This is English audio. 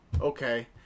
okay